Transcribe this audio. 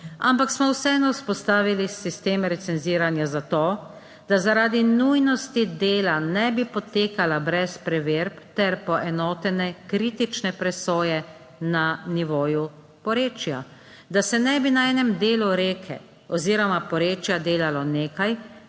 Ampak smo vseeno vzpostavili sistem recenziranja zato, da zaradi nujnosti dela ne bi potekala brez preverb ter poenotene kritične presoje na nivoju porečja, da se ne bi na enem delu reke oziroma porečja delalo nekaj,